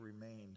remained